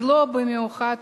לא גדולה במיוחד,